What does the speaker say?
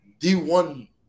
D1